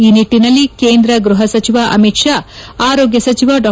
ಈ ನಿಟ್ಟಿನಲ್ಲಿ ಕೇಂದ್ರ ಗ್ಬಹ ಸಚಿವ ಅಮಿತ್ ಶಾ ಆರೋಗ್ಯ ಸಚಿವ ಡಾ